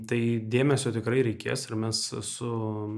tai dėmesio tikrai reikės ir mes su